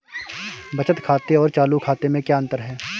बचत खाते और चालू खाते में क्या अंतर है?